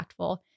impactful